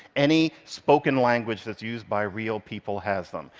any spoken language that's used by real people has them.